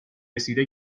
رسیده